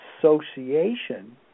association